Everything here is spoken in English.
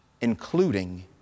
including